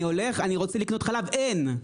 אני הולך, אני רוצה לקנות חלב ואין.